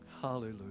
Hallelujah